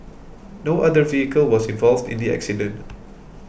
no other vehicle was involved in the accident